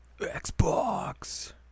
Xbox